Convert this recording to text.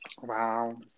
Wow